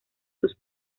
sus